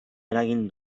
eragin